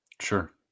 sure